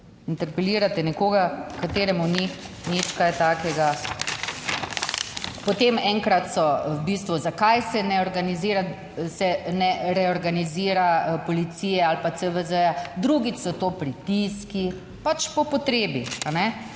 interpelirate nekoga, kateremu ni nič kaj takega. Potem enkrat so v bistvu zakaj se ne organizira, se ne reorganizira policije ali pa CVZ, drugič so to pritiski, pač po potrebi, a ne,